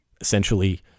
essentially